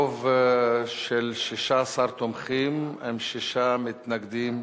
ברוב של 16 תומכים, עם שישה מתנגדים,